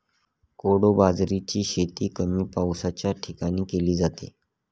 कोडो बाजरीची शेती कमी पावसाच्या ठिकाणी केली जाते